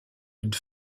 une